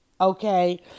okay